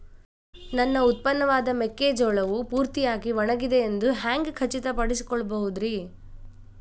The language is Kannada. ನನ್ನ ಉತ್ಪನ್ನವಾದ ಮೆಕ್ಕೆಜೋಳವು ಪೂರ್ತಿಯಾಗಿ ಒಣಗಿದೆ ಎಂದು ಹ್ಯಾಂಗ ಖಚಿತ ಪಡಿಸಿಕೊಳ್ಳಬಹುದರೇ?